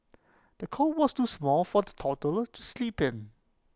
the cot was too small for the toddler to sleep in